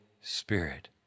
spirit